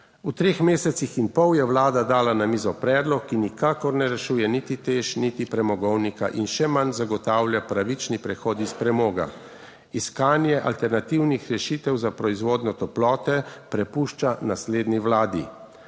V treh mesecih in pol je Vlada dala na mizo predlog, ki nikakor ne rešuje niti TEŠ niti premogovnika in še manj zagotavlja pravični prehod iz premoga. Iskanje alternativnih rešitev za proizvodnjo toplote prepušča naslednji vladi.